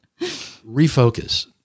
refocus